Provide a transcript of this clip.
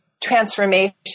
transformation